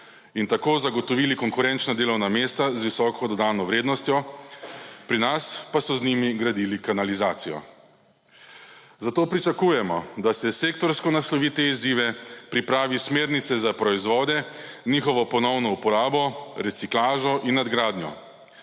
in tako zagotovili konkurenčna delovna mesta z visoko dodano vrednostjo, pri nas pa so z njimi gradili kanalizacijo. Zato pričakujemo, da se sektorsko nasloviti izzive, pripravi smernice za proizvode, njihovo ponovno uporabo, reciklažo in nadgradnjo.